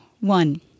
one